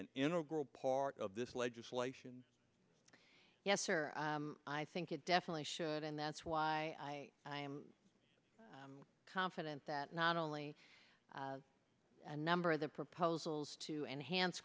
an integral part of this legislation yes or i think it definitely should and that's why i am confident that not only a number of the proposals to enhance